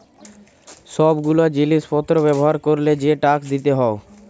সব গুলা জিলিস পত্র ব্যবহার ক্যরলে যে ট্যাক্স দিতে হউ